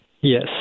yes